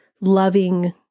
loving